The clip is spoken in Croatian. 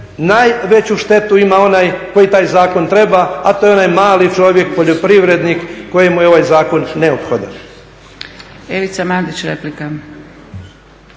najveću štetu ima onaj koji taj zakon treba a to je onaj mali čovjek, poljoprivrednik kojemu je ovaj zakon neophodan.